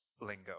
lingo